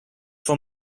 for